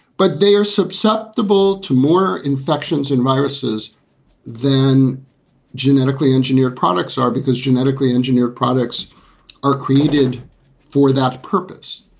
but they are susceptible to more infections and viruses than genetically engineered products are because genetically engineered products are created for that purpose.